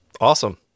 Awesome